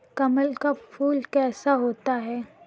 कमल का फूल कैसा होता है?